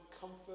comfort